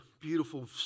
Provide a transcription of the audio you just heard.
beautiful